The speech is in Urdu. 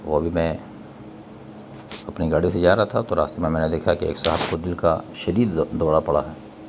وہ ابھی میں اپنی گاڑی سے جا رہا تھا تو راستے میں میں نے دیکھا کہ ایک صاحب کو دل کا شدید دورہ پڑا ہے